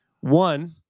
one